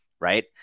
right